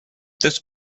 this